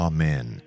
Amen